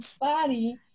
body